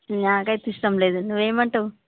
నాకైతే ఇష్టం లేదు నువ్వు ఏమంటావు